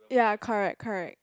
ya correct correct